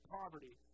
poverty